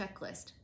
checklist